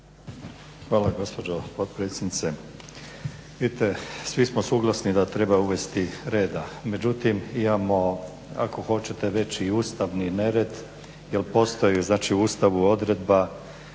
Hvala gospođo potpredsjednice. Vidite, svi smo suglasni da treba uvesti reda. Međutim, imamo ako hoćete veći i ustavni nered jer postoji znači u Ustavu odredba